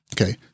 Okay